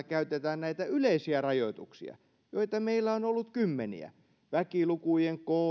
käytetään näitä yleisiä rajoituksia joita meillä on ollut kymmeniä väkiluvut